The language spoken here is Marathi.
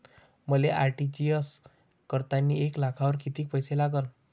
मले आर.टी.जी.एस करतांनी एक लाखावर कितीक पैसे लागन?